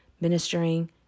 ministering